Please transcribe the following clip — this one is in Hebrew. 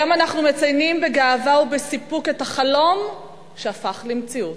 היום אנחנו מציינים בגאווה ובסיפוק את החלום שהפך למציאות.